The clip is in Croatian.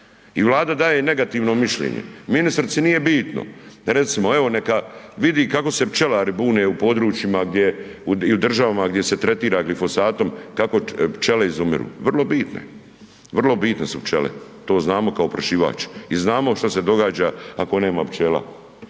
Vlada daje negativno mišljenje, ministrici nije bitno. Recimo evo neka vidi kako se pčelari bune u područjima gdje i u državama gdje se tretira glifosatom kako pčele izumiru, vrlo bitne, vrlo bitne su pčele, to znamo, kao oprašivač i znamo što se događa ako nema pčela.